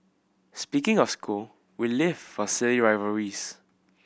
speaking of school we live for silly rivalries